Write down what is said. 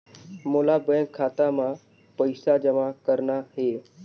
मोला बैंक खाता मां पइसा जमा करना हे?